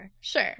sure